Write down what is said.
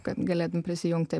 kad galėtumei prisijungti